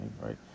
right